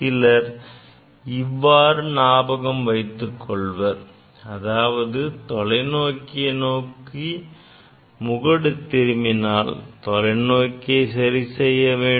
சிலர் இவ்வாறு ஞாபகம் வைத்துக் கொள்வர் அதாவது தொலைநோக்கியை நோக்கி முகடு திரும்பினால் தொலைநோக்கியை சரிசெய்யவேண்டும்